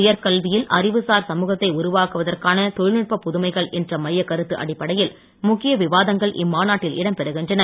உயர்கல்வியில் அறிவுசார் சமூகத்தை உருவாக்குவதற்கான தொழில்நுட்ப புதுமைகள் என்ற மையக் கருத்து அடிப்படையில் முக்கிய விவாதங்கள் இம்மாநாட்டில் இடம் பெறுகின்றன